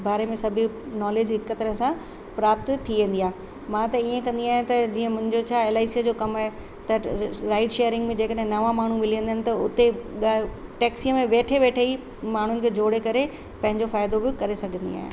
बारे में सभु नॉलेज हिक तरह सां प्राप्त थी वेंदी आहे मां त ईअं कंदी आहियां त जीअं मुंहिंजो छा एल आई सी जो कमु आहे त राइड शेयरिंग में जेकॾहिं नवा माण्हूं मिली वेंदा आहिनि त उते टैक्सीअ में वेठे वेठे ई माण्हुनि खे जोड़े करे पंहिंजो फ़ाइदो बि करे सघंदी आहियां